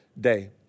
day